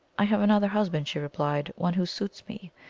i have another husband, she replied one who suits me.